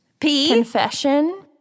confession